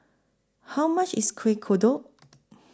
How much IS Kueh Kodok